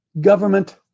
government